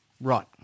right